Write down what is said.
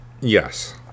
Yes